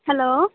hello